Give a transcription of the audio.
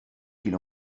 qu’il